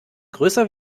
größer